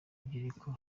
urubyiruko